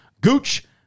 Gooch